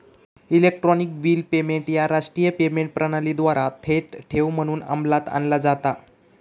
electronic bill payment ह्या राष्ट्रीय payment प्रणालीद्वारा थेट ठेव म्हणून अंमलात आणला जाता